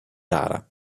rara